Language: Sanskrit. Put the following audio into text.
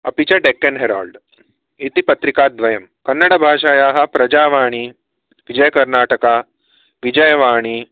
अपि च डेक्कन् हेराल्ड् इति पत्रिका द्वयं कन्नडभाषयाः प्रजावाणी विजयकर्नाटका विजयवाणी